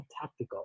tactical